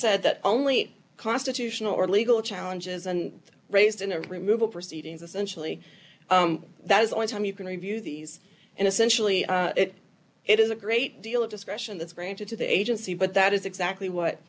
said that only constitutional or legal challenges and raised in a removal proceedings essentially that is the only time you can review these and essentially it is a great deal of discretion that's granted to the agency but that is exactly what